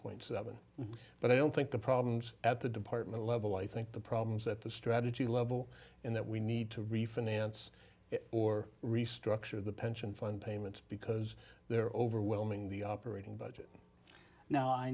point seven but i don't think the problems at the department level i think the problems that the strategy level in that we need to refinance or restructure the pension fund payments because they're overwhelming the operating budget now i